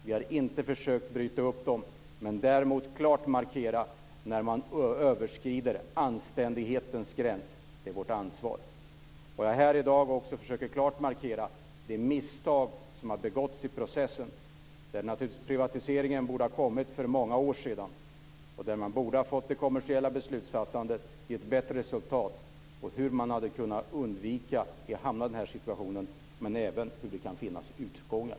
Vi har inte försökt bryta upp dem men däremot klart markerat när man överskrider anständighetens gräns. Det är vårt ansvar. Jag har här i dag försökt klart markera de misstag som har begåtts i processen. Den här privatiseringen borde naturligtvis ha kommit till stånd för många år sedan. Man borde ha fått det kommersiella beslutsfattandet att ge ett bättre resultat. Man hade kunnat undvika att hamna i den här situationen och även kunnat visa hur det kan finnas utgångar.